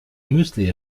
müsli